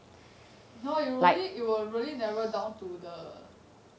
no it will really it will really narrow down to the